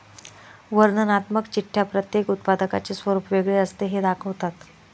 वर्णनात्मक चिठ्ठ्या प्रत्येक उत्पादकाचे स्वरूप वेगळे असते हे दाखवतात